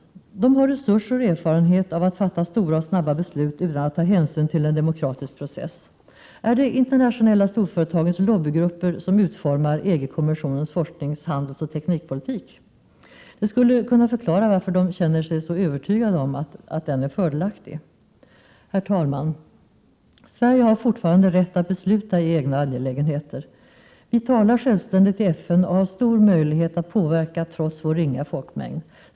De har resurser och erfarenhet av att fatta stora och snabba beslut, utan att ta hänsyn till en demokratisk process. Är det de internationella storföretagens lobbygrupper som utformar EG-kommissionens forsknings-, handelsoch teknikpolitik? Det skulle kunna förklara varför de känner sig så övertygade om att den är fördelaktig. Herr talman! Sverige har fortfarande rätt att besluta i egna angelägenheter. Vi talar självständigt i FN och har stor möjlighet att påverka, trots vår ringa folkmängd.